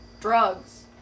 Drugs